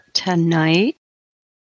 tonight